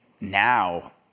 now